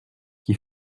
qui